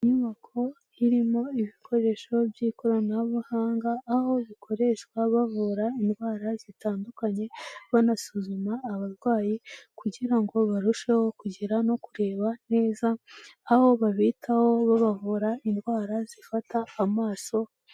Inyubako irimo ibikoresho by'ikoranabuhanga, aho bikoreshwa bavura indwara zitandukanye, banasuzuma abarwayi kugira ngo barusheho kugira no kureba neza, aho babitaho babavura indwara zifata amaso.